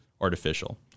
artificial